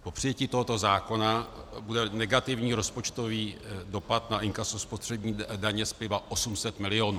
Po přijetí tohoto zákona bude negativní rozpočtový dopad na inkaso spotřební daně z piva 800 milionů.